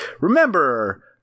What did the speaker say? remember –